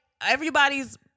everybody's